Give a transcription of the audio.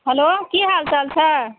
hello की हालचाल छै